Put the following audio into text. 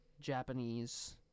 Japanese